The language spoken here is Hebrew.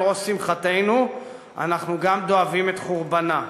ראש שמחתנו אנחנו גם דואבים את חורבנה,